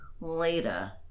later